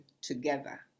together